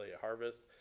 harvest